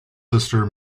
sister